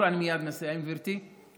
אני מייד מסיים, גברתי.